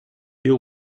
you